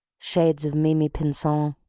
shades of mimi pinson,